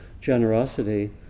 generosity